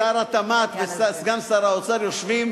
שר התמ"ת וסגן שר האוצר יושבים